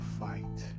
fight